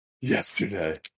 Yesterday